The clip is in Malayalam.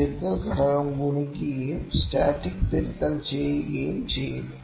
തിരുത്തൽ ഘടകം ഗുണിക്കുകയും സ്റ്റാറ്റിക് തിരുത്തൽ ചേർക്കുകയും ചെയ്യുന്നു